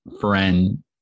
friend